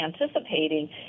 anticipating